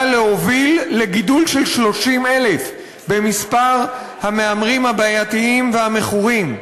להוביל לגידול של 30,000 במספר המהמרים הבעייתיים והמכורים.